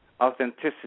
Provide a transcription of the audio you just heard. authenticity